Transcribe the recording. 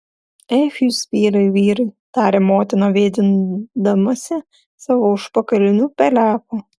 ech jūs vyrai vyrai tarė motina vėdindamasi savo užpakaliniu peleku